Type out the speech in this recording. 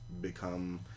become